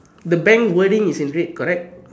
the bank wording is in red correct